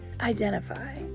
identify